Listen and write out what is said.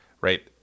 right